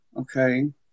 Okay